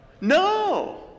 No